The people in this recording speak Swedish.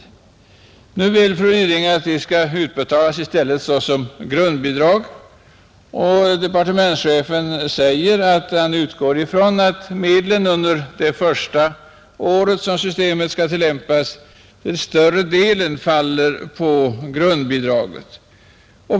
Fru Ryding vill att de i stället skall utbetalas såsom grundbidrag, och departementschefen säger att han utgår ifrån att medlen under det första året som systemet skall tillämpas till större delen faller på grundbidrag.